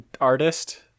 artist